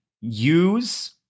use